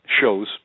shows